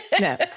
No